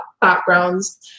backgrounds